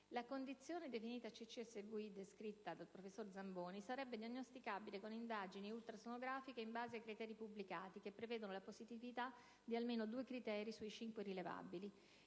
cronica), descritta dal professor Zamboni, sarebbe diagnosticabile con indagini ultrasonografiche in base ai criteri pubblicati, che prevedono la positività di almeno due criteri sui cinque rilevabili;